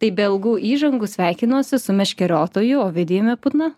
tai be ilgų įžangų sveikinuosi su meškeriotoju ovidijumi putna